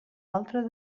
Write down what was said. altra